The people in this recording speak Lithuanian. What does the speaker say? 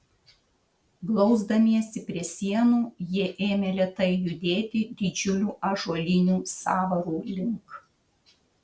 glausdamiesi prie sienų jie ėmė lėtai judėti didžiulių ąžuolinių sąvarų link